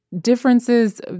differences